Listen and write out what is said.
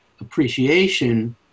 appreciation